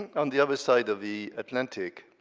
on the other side of the atlantic,